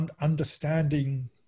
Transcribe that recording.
understanding